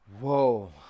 Whoa